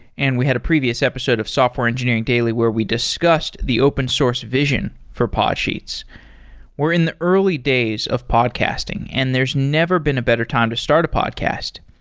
and we had a previous episode of software engineering daily where we discussed the open source vision for podsheets we're in the early days of podcasting and there's never been a better time to start a podcast.